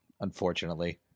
Unfortunately